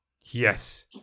Yes